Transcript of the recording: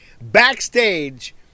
backstage